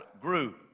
grew